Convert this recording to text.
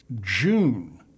June